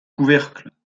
couvercle